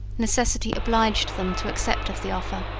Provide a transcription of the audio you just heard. necessity obliged them to accept of the offer,